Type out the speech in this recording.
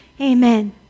Amen